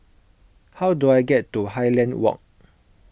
how do I get to Highland Walk